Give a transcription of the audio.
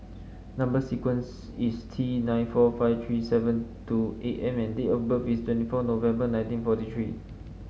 number sequence is T nine four five three seven two M and date of birth is twenty four November nineteen forty three